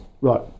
Right